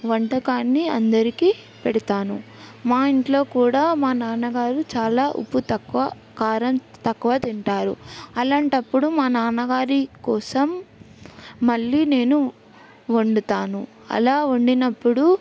వంటకాన్ని అందరికీ పెడతాను మా ఇంట్లో కూడా మా నాన్నగారు చాలా ఉప్పు తక్కువ కారం తక్కువ తింటారు అలాంటప్పుడు మా నాన్నగారి కోసం మళ్ళీ నేను వండుతాను అలా వండినప్పుడు